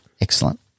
Excellent